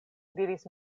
diris